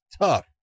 tough